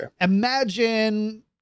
imagine